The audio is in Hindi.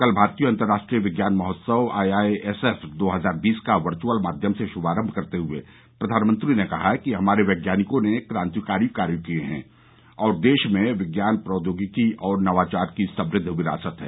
कल भारतीय अंतर्राष्ट्रीय विज्ञान महोत्सव आई आई एस एफ दो हजार बीस का वर्चुअल माध्यम से श्मारंभ करते हुए प्रधानमंत्री ने कहा कि हमारे वैज्ञानिकों ने क्रांतिकारी कार्य किए हैं और देश में विज्ञान प्रौद्योगिकी और नवाचार की समृद्व विरासत है